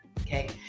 Okay